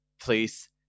please